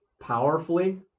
powerfully